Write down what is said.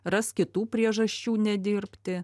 ras kitų priežasčių nedirbti